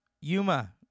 Yuma